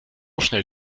schnell